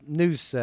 news